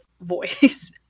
voice